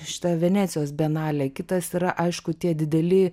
šita venecijos bienalė kitas yra aišku tie dideli